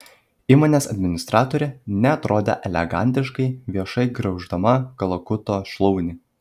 įmonės administratorė neatrodė elegantiškai viešai griauždama kalakuto šlaunį